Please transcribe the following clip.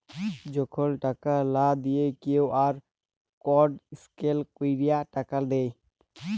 যখল টাকা লা দিঁয়ে কিউ.আর কড স্ক্যাল ক্যইরে টাকা দেয়